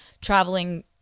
traveling